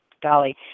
Golly